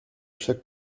chaque